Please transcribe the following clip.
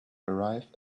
arrive